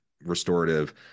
restorative